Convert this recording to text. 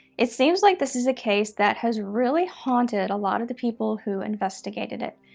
it seems like this is a case that has really haunted a lot of the people who investigated it.